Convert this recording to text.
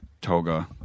Toga